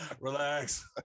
relax